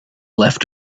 left